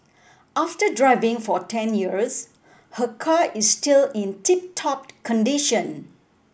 after driving for ten years her car is still in tip top condition